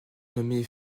nommé